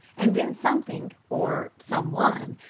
and then something, or someone,